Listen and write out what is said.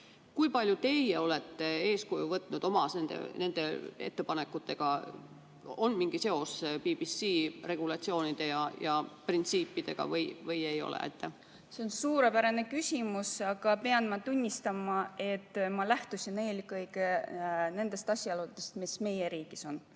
Kui palju teie olete sellest eeskuju võtnud oma ettepanekutega, on siin mingi seos BBC regulatsioonide ja printsiipidega või ei ole? See on suurepärane küsimus, aga pean tunnistama, et ma lähtusin eelkõige nendest asjaoludest, mis meie riigis on,